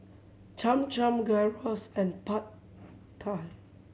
Cham Cham Gyros and Pad Thai